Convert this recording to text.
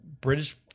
British